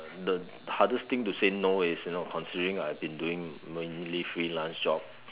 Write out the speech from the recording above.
the hardest thing to say no is you know considering I've been doing mainly freelance job